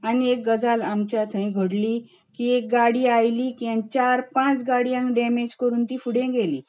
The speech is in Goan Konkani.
आनीक एक गजाल आमच्या थंय घडली की एक गाडी आयली की आनी चार पांच गाडयांक डॅमेज करून ती फुडें गेली